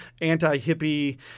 anti-hippie